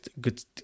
good